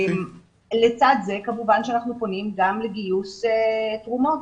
לצד זה כמובן שאנחנו פונים גם לגיוס תרומות.